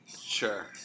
Sure